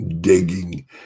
digging